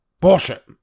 Bullshit